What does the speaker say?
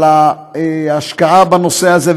על ההשקעה בנושא הזה,